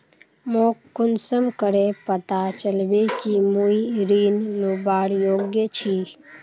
मोक कुंसम करे पता चलबे कि मुई ऋण लुबार योग्य छी?